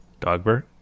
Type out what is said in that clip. Dogbert